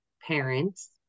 parents